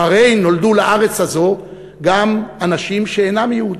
שהרי נולדו לארץ הזאת גם אנשים שאינם יהודים.